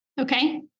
Okay